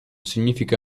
significa